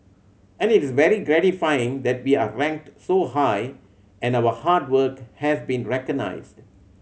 and it's very gratifying that we are ranked so high and our hard work has been recognised